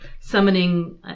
summoning